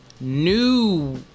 New